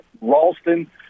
Ralston